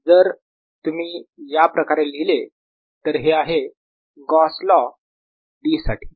जर तुम्ही या प्रकारे लिहिले तर हे आहे Gauss law Gauss's law D साठी D0EP